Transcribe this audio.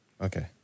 Okay